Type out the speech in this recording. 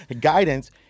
guidance